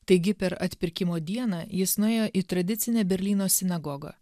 taigi per atpirkimo dieną jis nuėjo į tradicinę berlyno sinagogą